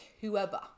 whoever